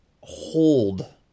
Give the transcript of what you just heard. hold